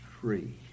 free